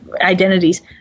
identities